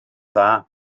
dda